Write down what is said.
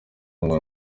ngo